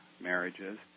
marriages